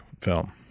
film